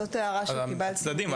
הצדדים.